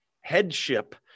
headship